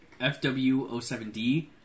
FW07D